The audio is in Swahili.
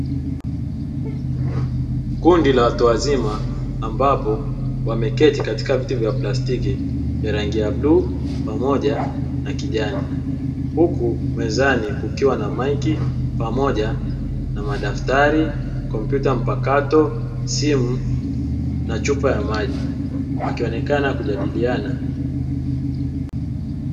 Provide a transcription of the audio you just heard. Kundi la watu wazima ambapo wameketi katika viti vya plastiki vya rangi ya bluu pamoja na kijani, huku mezani kukiwa na maiki pamoja na madaftari, kompyuta mpakato, simu na chupa ya maji wakionekana kujadiliana.